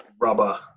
rubber